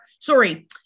Sorry